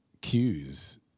cues